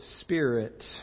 Spirit